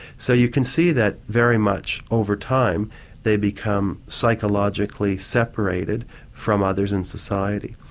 so you can see that very much over time they become psychologically separated from others in society.